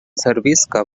servisca